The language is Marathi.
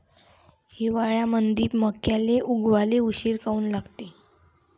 हिवाळ्यामंदी मक्याले उगवाले उशीर काऊन लागते?